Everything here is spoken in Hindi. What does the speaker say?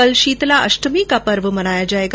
कल शीतलाष्टमी का पर्व मनाया जायेगा